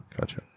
Gotcha